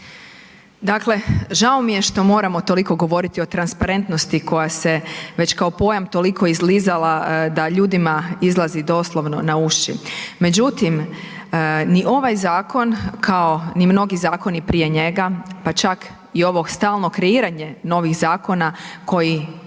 Dakle, žao mi je što moramo toliko govoriti o transparentnosti koja se već kao pojam toliko izlizala da ljudima izlazi doslovno na uši. Međutim, ni ovaj zakon kao ni mnogi zakoni prije njega pa čak i ovo stalno kreiranje novih zakona koji